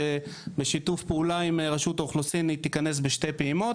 שבשיתוף פעולה עם רשות האוכלוסין היא תיכנס בשתי פעימות.